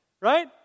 Right